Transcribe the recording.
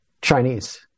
Chinese